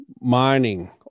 mining